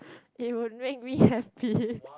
it would make me happy